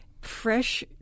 fresh